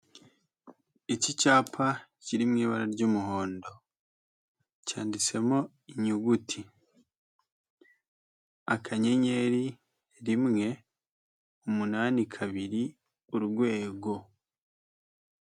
Iki cyapa kiri mu ibara ry'umuhondo, cyanditsemo inyuguti akanyenyeri, rimwe, umunani, kabiri, urwego.